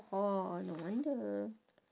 orh no wonder